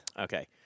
Okay